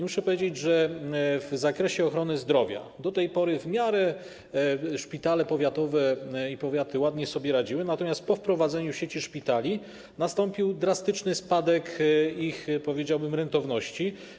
Muszę powiedzieć, że w zakresie ochrony zdrowia do tej pory szpitale powiatowe i powiaty ładnie sobie radziły, natomiast po wprowadzeniu sieci szpitali nastąpił drastyczny spadek ich, powiedziałbym, rentowności.